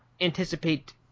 anticipate